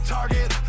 Target